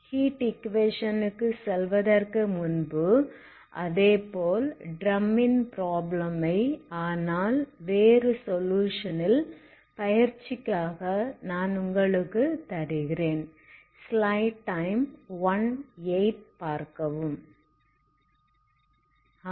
heat equation க்கு செல்வதற்கு முன்பு அதேபோல் ட்ரமின் ப்ராப்ளம் ஐ ஆனால் வேறு சொலுயுஷன் ல் பயிற்சிக்காக நான் உங்களுக்கு தருகிறேன்